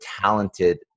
talented